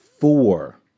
four